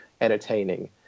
entertaining